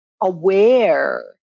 aware